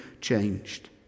changed